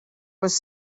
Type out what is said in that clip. was